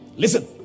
Listen